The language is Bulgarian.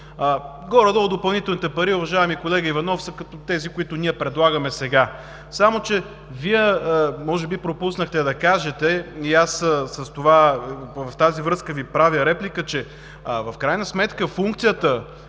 Горе-долу допълнителните пари, уважаеми колега Иванов, са като тези, които ние предлагаме сега. Само че може би Вие пропуснахте да кажете, и аз в тази връзка Ви правя реплика, че в крайна сметка, функцията